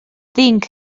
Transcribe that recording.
tinc